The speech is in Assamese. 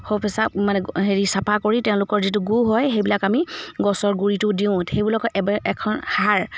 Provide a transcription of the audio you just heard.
সৌ পেচাব মানে হেৰি চাফা কৰি তেওঁলোকৰ যিটো গু হয় সেইবিলাক আমি গছৰ গুৰিটো দিওঁ সেইবিলাক এখন সাৰ